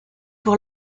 pour